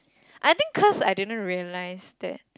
I think cause I didn't realize that